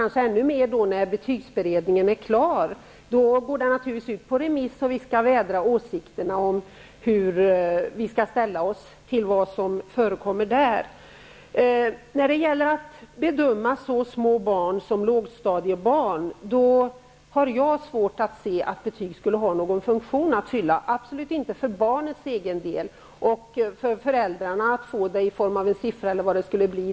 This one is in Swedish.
När betygsberedningen är klar går den naturligtvis ut på remiss, och sedan får vi då vädra åsikterna om hur vi skall ställa oss. Jag har svårt att se att betyg skulle ha någon funktion att fylla när det gäller att bedöma så små barn som lågstadiebarn, särskilt inte för barnens egen del. Jag tror inte heller att det är någon mening för föräldrarna.